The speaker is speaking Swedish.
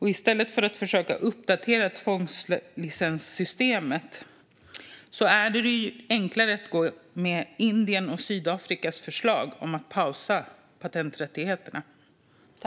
I stället för att försöka uppdatera tvångslicenssystemet är det enklare att gå på Indiens och Sydafrikas förslag om att pausa patenträttigheterna.